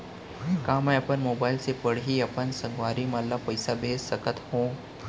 का मैं अपन मोबाइल से पड़ही अपन संगवारी मन ल पइसा भेज सकत हो?